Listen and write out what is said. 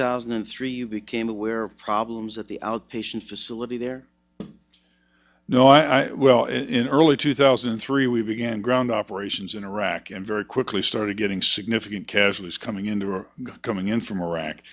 thousand and three you became aware problems at the outpatient facility there no i well in early two thousand and three we began ground operations in iraq and very quickly started getting significant casualties coming in they were coming in from iraq